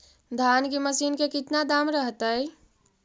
धान की मशीन के कितना दाम रहतय?